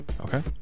Okay